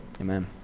Amen